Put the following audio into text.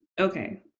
okay